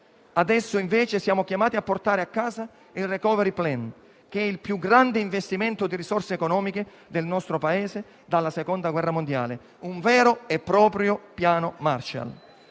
adesso invece siamo chiamati a portare a casa il *recovery plan*, che è il più grande investimento di risorse economiche del nostro Paese dalla Seconda guerra mondiale, un vero e proprio piano Marshall.